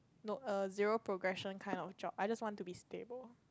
no err zero progression kind of job I just want to be stable